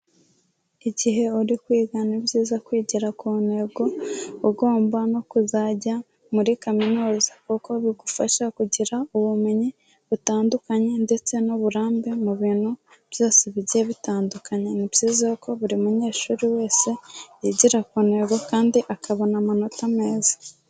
Igihe uri kwiga ni byiza kwigira ku ntego ugomba no kuzajya muri kaminuza kuko bigufasha kugira ubumenyi butandukanye ndetse n'uburambe mu bintu byose bigiye bitandukanye, ni byiza yuko buri munyeshuri wese yigira ku ntego kandi akabona amanota meza.